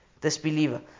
disbeliever